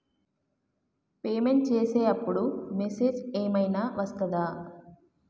Payment చేసే అప్పుడు message ఏం ఐనా వస్తదా?